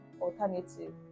alternative